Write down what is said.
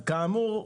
כאמור,